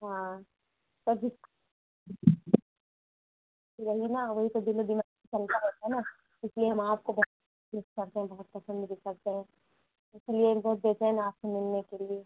हाँ तभी यही न वही तो दिलों दिमाग चलता रहता है न इसलिए हम आपको बहुत मिस करते हैं बहुत पसंद भी करते हैं इसलिए हम बहुत बेचैन हैं आपसे मिलने के लिए